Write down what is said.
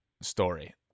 story